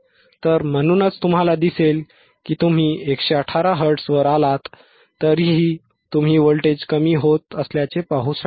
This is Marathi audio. तर म्हणूनच तुम्हाला दिसेल की तुम्ही 118 Hz वर आलात तरीही तुम्ही व्होल्टेज कमी होत असल्याचे पाहू शकता